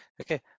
Okay